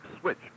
switch